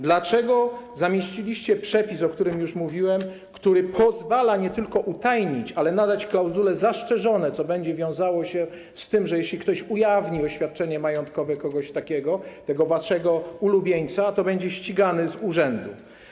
Dlaczego zamieściliście przepis, o którym już mówiłem, który pozwala nie tylko utajnić, ale także nadać klauzulę „zastrzeżone”, co będzie się wiązało z tym, że jeśli ktoś ujawni oświadczenie majątkowe kogoś takiego, tego waszego ulubieńca, to będzie ścigany z urzędu?